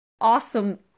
awesome